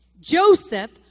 Joseph